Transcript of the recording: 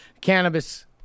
cannabis